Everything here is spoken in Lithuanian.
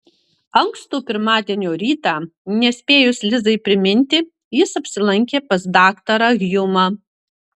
ankstų pirmadienio rytą nespėjus lizai priminti jis apsilankė pas daktarą hjumą